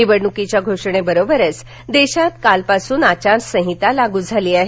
निवडणुकीच्या घोषणेबरोबरच देशात कालपासून आचारसंहिता लागू झाली आहे